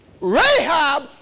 Rahab